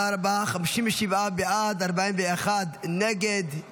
בעד, 41 נגד.